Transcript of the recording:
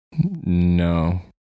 No